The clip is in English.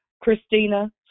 Christina